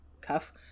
Cuff